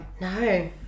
No